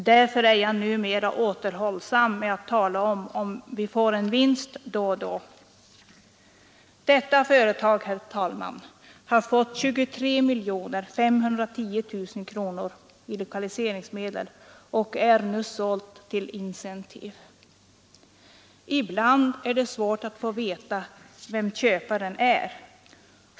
Därför är jag nu mera återhållsam med att tala om att vi får en vinst då och då.” Detta företag har fått 23 510 000 kronor i lokaliseringsmedel och är nu sålt till Incentive. Ibland är det svårt att få veta vem köparen är.